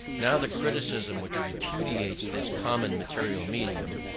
now the criticism which repudiates this common material medium,